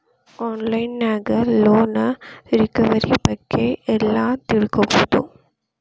on line ನ್ಯಾಗ loan recovery ಬಗ್ಗೆ ಎಲ್ಲಾ ತಿಳ್ಕೊಬೊದು